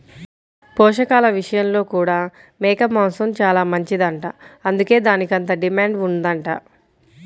పోషకాల విషయంలో కూడా మేక మాంసం చానా మంచిదంట, అందుకే దానికంత డిమాండ్ ఉందంట